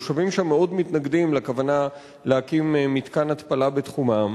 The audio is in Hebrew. התושבים שם מאוד מתנגדים לכוונה להקים מתקן התפלה בתחומם.